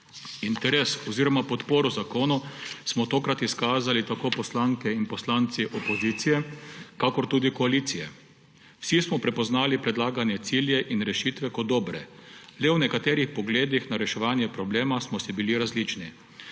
Interes oziroma podporo zakonu smo tokrat izkazali tako poslanke in poslanci opozicije kakor tudi koalicije. Vsi smo prepoznali predlagane cilje in rešitve kot dobre, le v nekaterih pogledih na reševanje problema smo si bili različni.